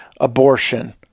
abortion